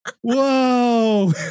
Whoa